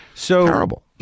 Terrible